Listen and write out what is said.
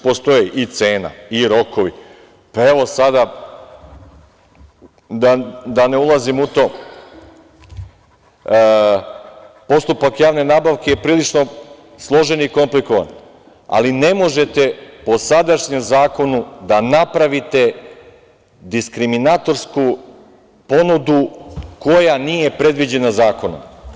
Postoje i cena i rokovi, evo, sada da ne ulazim u to, postupak javne nabavke je prilično složen i komplikovan, ali ne možete po sadašnjem zakonu da napravite diskriminatorsku ponudu koja nije predviđena zakonom.